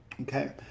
Okay